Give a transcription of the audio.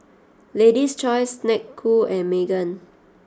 Lady's Choice Snek Ku and Megan